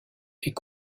est